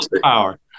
Power